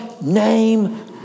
name